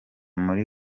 muri